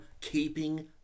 keeping